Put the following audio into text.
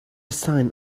sign